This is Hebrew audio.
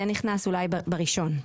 זה נכנס אולי בראשון.